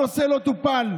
הנושא לא טופל.